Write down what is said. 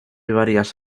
varias